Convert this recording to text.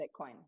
Bitcoin